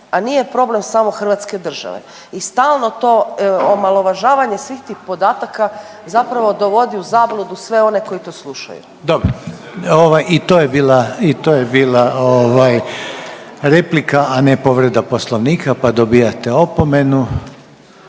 a nije problem samo hrvatske države i stalno to omalovažavanje svih tih podataka zapravo dovodi u zabludu sve one koji to slušaju. **Reiner, Željko (HDZ)** Dobro, ovaj i to je bila i to je bila ovaj replika, a ne povreda poslovnika, pa dobijate opomenu.